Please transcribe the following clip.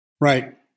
Right